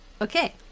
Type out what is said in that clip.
Okay